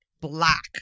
black